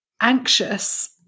anxious